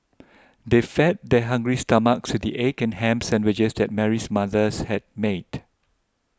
they fed their hungry stomachs with the egg and ham sandwiches that Mary's mothers had made